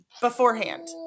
beforehand